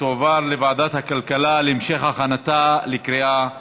ותועבר לוועדת הכלכלה להכנתה לקריאה ראשונה.